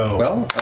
well,